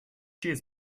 cheers